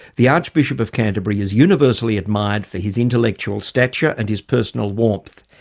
the archbishop of canterbury is universally admired for his intellectual stature and his personal warmth.